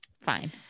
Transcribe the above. Fine